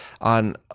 on